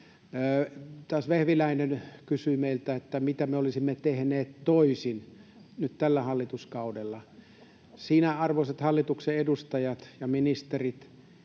Vehviläinen taas kysyi meiltä, mitä me olisimme tehneet toisin nyt tällä hallituskaudella. Arvoisat hallituksen edustajat ja ministerit,